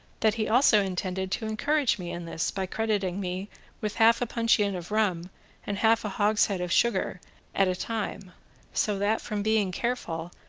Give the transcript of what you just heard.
that he also intended to encourage me in this by crediting me with half a puncheon of rum and half a hogshead of sugar at a time so that, from being careful,